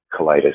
colitis